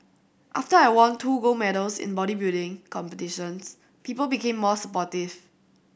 after I won two gold medals in bodybuilding competitions people became more supportive